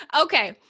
Okay